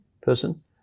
person